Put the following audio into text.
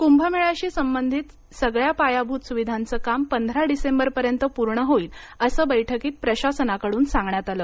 कुंभमेळ्याशी संबंधित सगळ्या पायाभूत सुविधांचं काम पंधरा डिसेंबरपर्यंत पूर्ण होईल असं बैठकीत प्रशासनाकडून सांगण्यात आलं